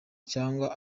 cyangwa